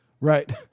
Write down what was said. right